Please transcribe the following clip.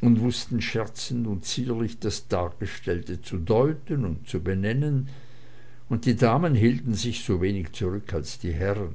und wußten scherzend und zierlich das dargestellte zu deuten und zu benennen und die damen hielten sich so wenig zurück als die herren